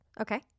Okay